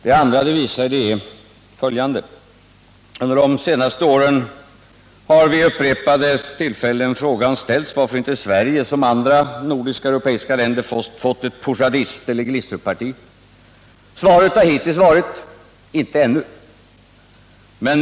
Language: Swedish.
Det andra som anförandet visade är följande: Under de senaste åren har vid upprepade tillfällen ställts frågan varför inte Sverige, som andra nordiska och europeiska länder, har fått ett Poujadisteller Glistrupparti. Svaret har hittills varit att vi ännu inte har fått något sådant parti.